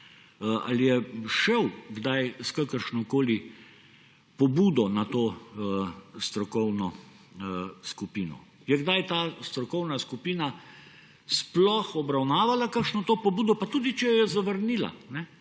Ali je šel kdaj s kakršnokoli pobudo na to strokovno skupino? Je kdaj ta strokovna skupina sploh obravnavala kakšno pobudo, pa tudi če jo je zavrnila?